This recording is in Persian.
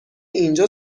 اینجا